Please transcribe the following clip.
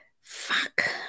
Fuck